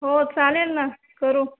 हो चालेल ना करू